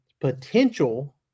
potential